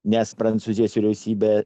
nes prancūzijos vyriausybė